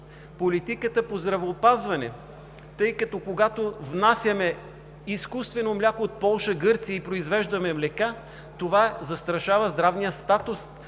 политиката по здравеопазване, тъй като когато внасяме изкуствено мляко от Полша, Гърция и произвеждаме млека, това застрашава здравния статус,